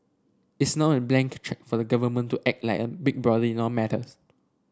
it's not a blank cheque for the government to act like a big brother in all matters